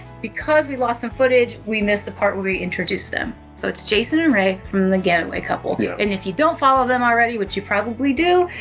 because we lost some footage, we missed the part where we introduce them. so it's jason and rae form the getaway couple. yeah. and if you don't follow them already, which you probably do,